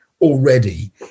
already